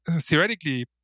theoretically